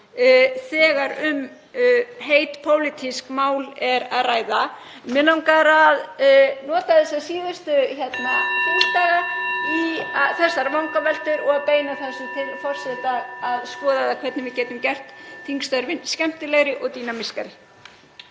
þegar um heit pólitísk mál er að ræða. Mig langar að nota þessa síðustu þingdaga í þessar vangaveltur og að beina því til forseta að skoða hvernig við getum gert þingstörfin skemmtilegri og dýnamískari.